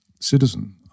citizen